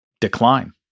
decline